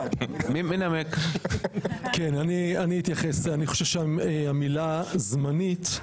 החוק, המילה 'זמנית'